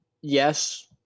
Yes